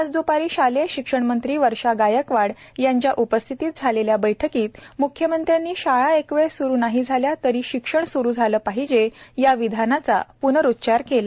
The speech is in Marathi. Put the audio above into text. आज दुपारी शालेय शिक्षण मंत्री वर्षा गायकवाड यांच्या उपस्थितीत झालेल्या बैठकीत म्ख्यमंत्र्यांनी शाळा एकवेळ स्रु नाही झाल्या तरी शिक्षण स्रु झाले पाहिजे या विधानाचा प्नरुच्चार केला